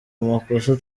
amakosa